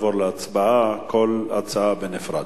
ונעבור להצבעה, כל הצעה בנפרד.